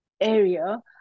area